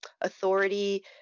authority